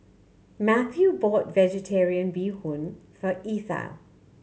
Mathew bought Vegetarian Bee Hoon for Ethyl